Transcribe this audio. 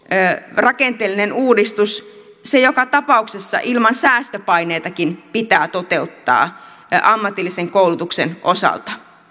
rakenteellinen uudistus joka tapauksessa ilman säästöpaineitakin pitää toteuttaa ammatillisen koulutuksen osalta